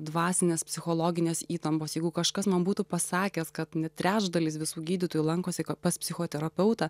dvasinės psichologinės įtampos jeigu kažkas man būtų pasakęs kad net trečdalis visų gydytojų lankosi pas psichoterapeutą